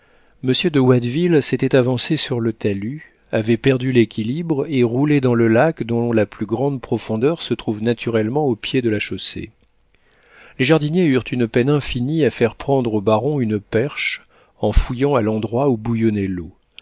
monsieur de watteville s'était avancé sur le talus avait perdu l'équilibre et roulé dans le lac dont la plus grande profondeur se trouve naturellement au pied de la chaussée les jardiniers eurent une peine infinie à faire prendre au baron une perche en fouillant à l'endroit où bouillonnait l'eau